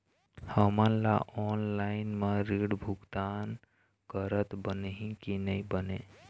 हमन ला ऑनलाइन म ऋण भुगतान करत बनही की नई बने?